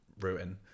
ruin